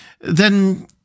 Then